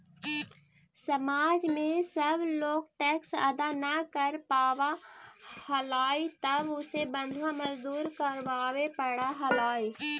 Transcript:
समाज में जब लोग टैक्स अदा न कर पावा हलाई तब उसे बंधुआ मजदूरी करवावे पड़ा हलाई